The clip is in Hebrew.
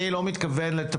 מכיוון שאני לא מתכוון לטפל,